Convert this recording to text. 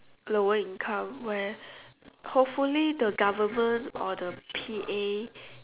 lower income where hopefully the government or the P_A